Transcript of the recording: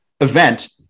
event